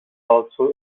also